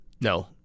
No